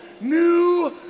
new